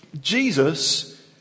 Jesus